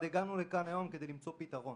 דבר אחד הגענו לכאן היום כדי למצוא פתרון.